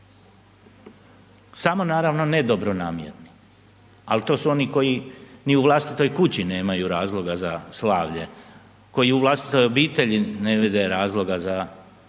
Samo naravno ne dobronamjerno, al to su oni koji ni u vlastitoj kući nemaju razloga za slavlje, koji u vlastitoj obitelji ne vide razloga za širenje